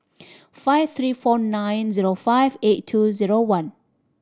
five three four nine zero five eight two zero one